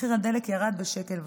מחיר הדלק ירד ב-1.5 שקל.